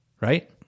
right